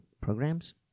Programs